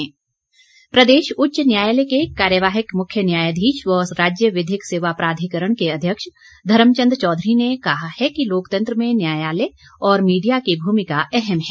मुख्य न्यायाधीश प्रदेश उच्च न्यायालय के कार्यवाहक मुख्य न्यायाधीश व राज्य विधिक सेवा प्राधिकरण के अध्यक्ष धर्मचंद चौधरी ने कहा कहा है कि लोकतंत्र में न्यायालय और मीडिया की भूमिका अहम है